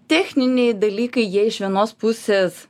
techniniai dalykai jie iš vienos pusės